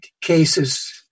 cases